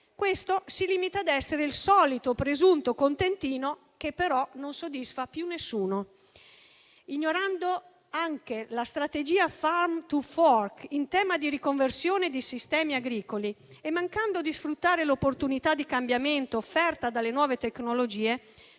si limita ad essere il solito presunto contentino, che però non soddisfa più nessuno. Ignorando anche la strategia Farm to Fork in tema di riconversione di sistemi agricoli e mancando di sfruttare l'opportunità di cambiamento offerta dalle nuove tecnologie,